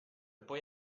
poi